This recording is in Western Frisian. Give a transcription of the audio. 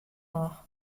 noch